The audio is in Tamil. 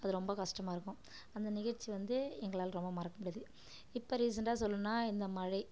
அது ரொம்ப கஷ்டமாக இருக்கும் அந்த நிகழ்ச்சி வந்து எங்களால் ரொம்ப மறக்க முடியாது இப்போ ரீசண்டாக சொல்லணும்னா இந்த மழை